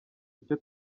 icyo